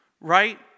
Right